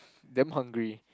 damn hungry